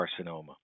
carcinoma